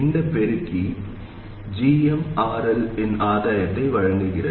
இந்த பெருக்கி gmRL இன் ஆதாயத்தை வழங்குகிறது